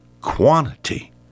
quantity